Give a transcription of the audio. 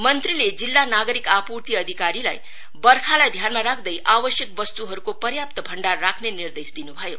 मंत्रीले जिल्ला नागरिक आपुर्ति अधिकारीलाई बर्खालाई ध्यानमा राख्दै आवश्यक वस्तुहरुको पर्याप्त भण्डार राख्ने निर्देश दिनुभयो